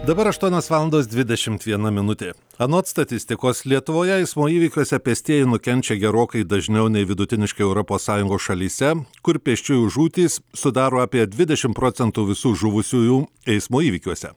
dabar aštuonios valandos dvidešimt viena minutė anot statistikos lietuvoje eismo įvykiuose pėstieji nukenčia gerokai dažniau nei vidutiniškai europos sąjungos šalyse kur pėsčiųjų žūtys sudaro apie dvidešimt procentų visų žuvusiųjų eismo įvykiuose